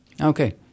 okay